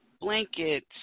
blanket